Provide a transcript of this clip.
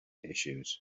issues